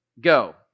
go